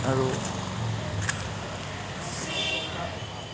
আৰু